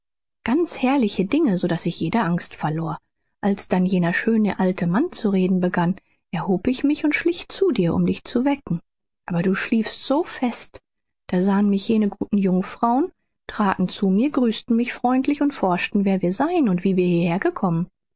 ganz herrliche dinge so daß ich jede angst verlor als dann jener schöne alte mann zu reden begann erhob ich mich und schlich zu dir um dich zu wecken aber du schliefst so fest da sahen mich jene guten jungfrauen traten zu mir grüßten mich freundlich und forschten wer wir seien und wie wir hierher